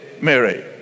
Mary